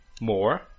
more